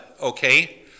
okay